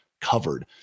covered